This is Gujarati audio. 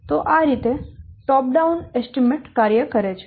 તો આ રીતે ટોપ ડાઉન અંદાજ કાર્ય કરે છે